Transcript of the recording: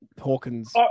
Hawkins